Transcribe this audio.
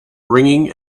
ringing